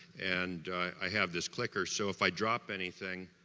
and i have this clicker. so if i drop anything,